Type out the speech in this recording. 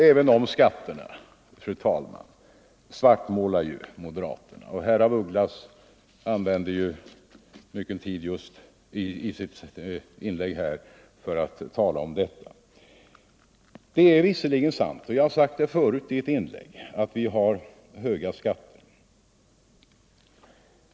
Även skatterna, fru talman, svartmålas av moderaterna, och herr af Ugglas använde mycken tid i sitt inlägg för att tala om dem. Det är visserligen sant att vi har höga skatter, och jag har sagt det förut i ett inlägg.